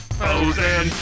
frozen